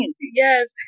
yes